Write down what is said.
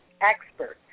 experts